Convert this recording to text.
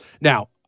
Now